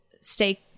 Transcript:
stay